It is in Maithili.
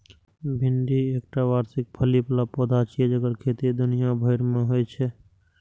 भिंडी एकटा वार्षिक फली बला पौधा छियै जेकर खेती दुनिया भरि मे होइ छै